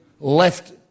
left